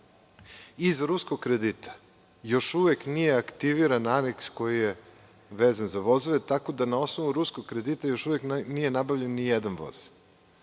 Iz ruskog kredita još uvek nije aktiviran aneks koji je vezan za vozove, tako da na osnovu ruskog kredita još uvek nije nabavljen ni jedan voz.